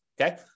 okay